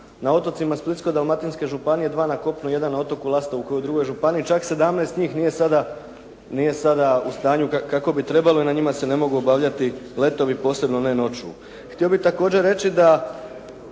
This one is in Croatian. Htio bih također reći da